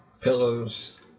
pillows